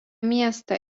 miestą